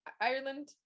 Ireland